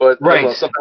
Right